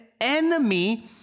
enemy